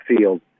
field